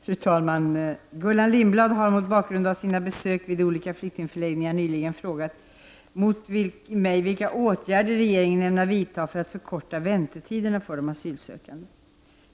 Fru talman! Gullan Lindblad har -- mot bakgrund av sina besök vid olika flyktingförläggningar nyligen -- frågat mig vilka åtgärder regeringen ämnar vidta för att förkorta väntetiderna för de asylsökande.